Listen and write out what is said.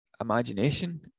imagination